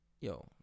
Yo